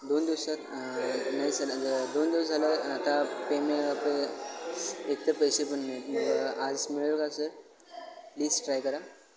दोन दिवसात नाही सर दोन दिवस झालं आता पेमे पे पेमेंट एकतर पैसे पण मिळत मग आज मिळेल का सर प्लीज ट्राय करा